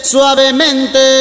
Suavemente